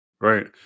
Right